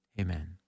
amen